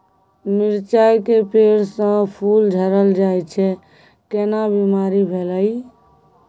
मिर्चाय के पेड़ स फूल झरल जाय छै केना बीमारी भेलई?